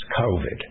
COVID